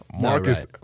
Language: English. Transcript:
Marcus